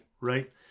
right